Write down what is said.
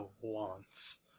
wants